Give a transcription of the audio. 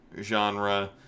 genre